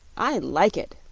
i like it,